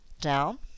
down